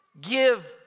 give